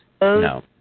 no